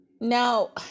now